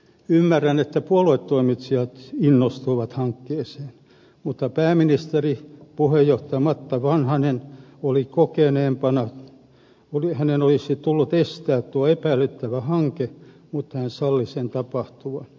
ymmärrän että puoluetoimitsijat innostuivat hankkeeseen mutta pääministeri puheenjohtaja matti vanhasen olisi kokeneempana tullut estää tuo epäilyttävä hanke mutta hän salli sen tapahtuvan